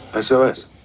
SOS